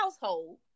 household